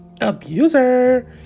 abuser